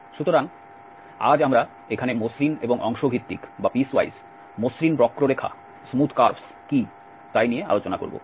সুতরাং আজ আমরা এখানে মসৃণ এবং অংশ ভিত্তিক মসৃণ বক্ররেখা কি তাই নিয়ে আলোচনা করবো